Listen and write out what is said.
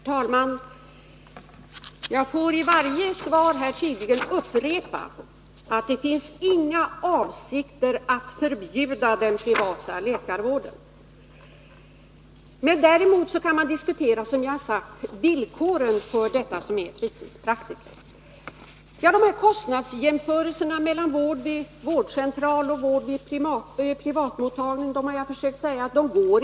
Herr talman! Jag får tydligen i varje replik upprepa att det inte finns några avsikter att förbjuda den privata läkarvården. Däremot kan man, som jag har sagt, diskutera villkoren för ersättningen till fritidspraktikerna. Det går, som jag tidigare försökt säga, inte att göra kostnadsjämförelser mellan vård vid vårdcentraler och vård vid privatmottagningar.